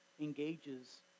engages